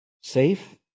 safe